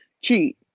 cheat